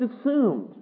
assumed